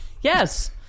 Yes